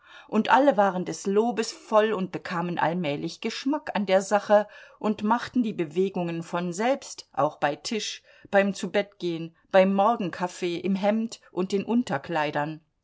und alle waren des lobes voll und bekamen allmählich geschmack an der sache und machten die bewegungen von selbst auch bei tisch beim zubettgehen beim morgenkaffee im hemd und in unterkleidern